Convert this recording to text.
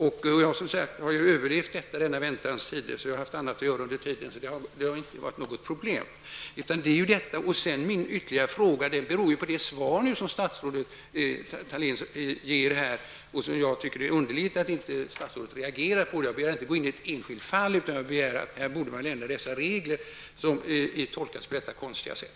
Jag har ju som sagt överlevt denna väntans tid -- jag har haft annat att göra under tiden, så det har inte varit något problem. Min ytterligare fråga beror på det svar som statsrådet Thalén har lämnat. Jag tycker att det är underligt att statsrådet inte reagerar på det. Jag begär inte att man skall gå in och ändra i ett enskilt fall utan att man skall ändra de regler som tolkas på detta konstiga sätt.